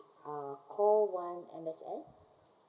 uh call one M_S_F